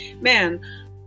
man